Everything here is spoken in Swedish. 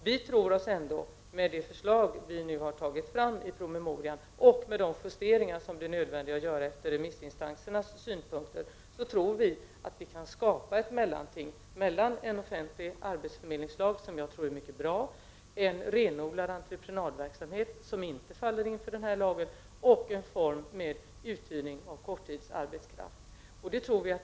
Vi tror att vi, med det förslag som vi nu har tagit fram i promemorian och med de justeringar som blir nödvändiga att göra efter remissinstansernas synpunkter, kan skapa ett mellanting mellan en offentlig arbetsförmedling, som jag tror är mycket bra, en renodlad entreprenadverksamhet, som inte faller under denna lag, och en form av uthyrning av korttidsarbetskraft.